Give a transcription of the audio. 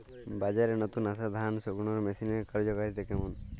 বাজারে নতুন আসা ধান শুকনোর মেশিনের কার্যকারিতা কেমন?